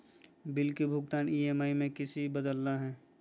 Bill के भुगतान EMI में किसी बदलना है?